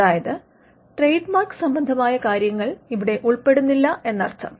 അതായത് ട്രേഡ്മാർക് സംബന്ധമായ കാര്യങ്ങൾ ഇവിടെ ഉൾപ്പെടുന്നില്ല എന്നർത്ഥം